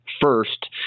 first